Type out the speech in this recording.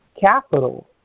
capital